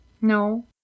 No